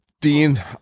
Dean